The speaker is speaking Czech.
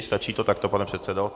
Stačí to takto, pane předsedo?